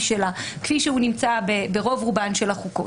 שלה כפי שהוא נמצא ברוב רובן של החוקות.